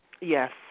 Yes